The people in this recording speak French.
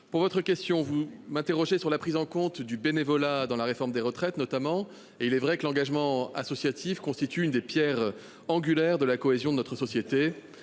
de votre question. Vous m'interrogez sur la prise en compte du bénévolat dans la réforme des retraites. Il est vrai que l'engagement associatif constitue l'une des pierres angulaires de la cohésion de notre société.